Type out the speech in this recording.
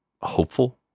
hopeful